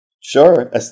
Sure